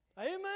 Amen